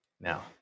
Now